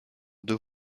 deux